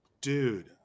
Dude